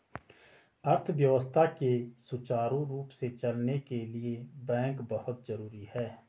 अर्थव्यवस्था के सुचारु रूप से चलने के लिए बैंक बहुत जरुरी हैं